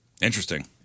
Interesting